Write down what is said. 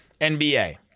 NBA